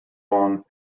long